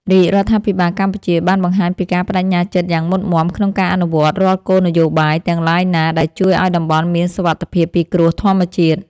រាជរដ្ឋាភិបាលកម្ពុជាបានបង្ហាញពីការប្តេជ្ញាចិត្តយ៉ាងមុតមាំក្នុងការអនុវត្តរាល់គោលនយោបាយទាំងឡាយណា ដែលជួយឱ្យតំបន់មានសុវត្ថិភាពពីគ្រោះធម្មជាតិ។